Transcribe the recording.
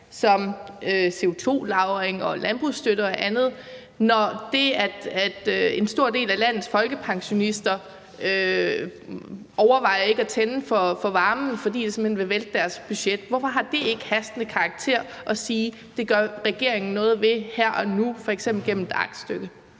som CO2-lagring og landbrugsstøtte og andet – når en stor del af landets folkepensionister overvejer ikke at tænde for varmen, fordi det simpelt hen vil vælte deres budget. Hvorfor har det ikke hastende karakter at sige, at det gør regeringen noget ved her og nu, f.eks. gennem et aktstykke?